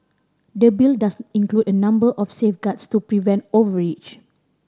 the Bill does include a number of safeguards to prevent overreach